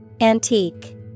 Antique